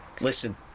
Listen